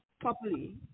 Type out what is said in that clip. properly